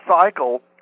cycle